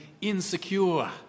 insecure